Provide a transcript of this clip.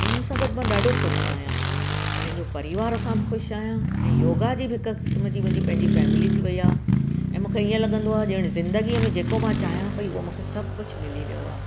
उन्हनि सां गॾु मां ॾाढो ख़ुशि आहियां पंहिंजो परिवार सां बि ख़ुशि आहियां ऐं योगा जी बि हिकु क़िस्म जी मुंहिंजी पंहिंजी फैमिली थी वई आहे ऐं मूंखे ईअं लॻंदो आहे ॼणु ज़िंदगीअ में जेको मां चाहियां पई उहो मूंखे सभु कुझु मिली वियो आहे